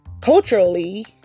culturally